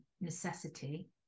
necessity